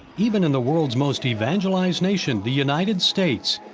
even in the world's most evangelized nation, the united states,